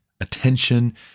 attention